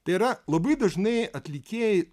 tai yra labai dažnai atlikėjai